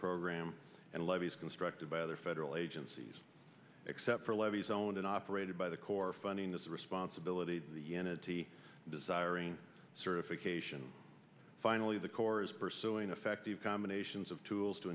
program and levees constructed by other federal agencies except for levees owned and operated by the corps funding the responsibility of the entity desiring certification finally the corps is pursuing effective combinations of tools to